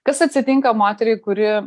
kas atsitinka moteriai kuri